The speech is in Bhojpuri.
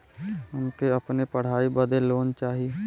हमके अपने पढ़ाई बदे लोन लो चाही?